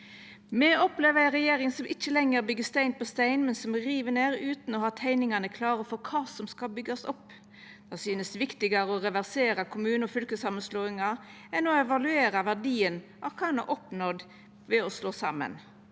Me opplever ei regjering som ikkje lenger byggjer stein på stein, men som riv ned utan å ha teikningane klare for kva som skal byggjast opp. Det synest viktigare å reversera kommune- og fylkessamanslåingar enn å evaluera verdien av kva ein har oppnådd ved å slå saman.